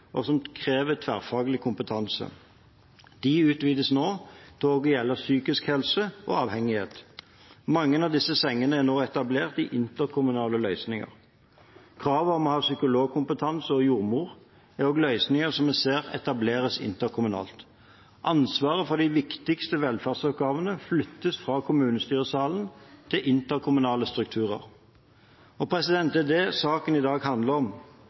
og som krever tverrfaglig kompetanse. De utvides nå til også å gjelde psykisk helse og avhengighet. Mange av disse sengene er nå etablert i interkommunale løsninger. Kravet om å ha psykologkompetanse og jordmor er også løsninger som vi ser etableres interkommunalt. Ansvaret for de viktigste velferdsoppgavene flyttes fra kommunestyresalen til interkommunale strukturer. Det er det saken i dag handler om.